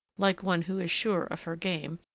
like one who is sure of her game,